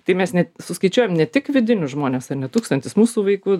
tai mes net suskaičiuojam ne tik vidinius žmones ar ne tūkstantis mūsų vaikų